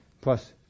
Plus